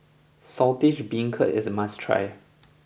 Saltish Beancurd is a must try